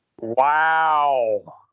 Wow